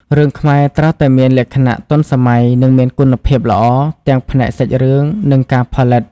រឿងខ្មែរត្រូវតែមានលក្ខណៈទាន់សម័យនិងមានគុណភាពល្អទាំងផ្នែកសាច់រឿងនិងការផលិត។